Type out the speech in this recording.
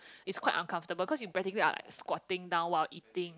is quite uncomfortable cause you practically are squatting down while eating